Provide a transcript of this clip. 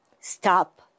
stop